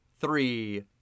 three